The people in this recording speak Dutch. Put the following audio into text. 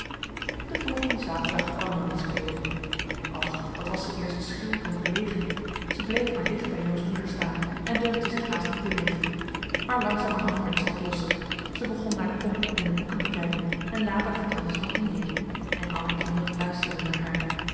den volgenden zaterdag kwam nonnie spelen och wat was ze eerst schuw en verlegen ze bleef maar dicht bij jo's moeder staan en durfde zich haast niet bewegen maar langzamerhand werd ze wat losser ze begon naar de poppen en de boeken te kijken en later vertelde ze van indië en alle kinderen luisterden naar haar